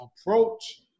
approach